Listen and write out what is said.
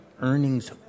earnings